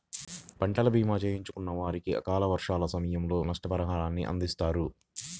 పంటల భీమా చేసుకున్న వారికి అకాల వర్షాల సమయంలో నష్టపరిహారాన్ని అందిస్తారు